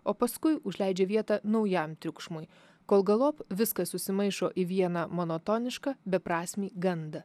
o paskui užleidžia vietą naujam triukšmui kol galop viskas susimaišo į vieną monotonišką beprasmį gandą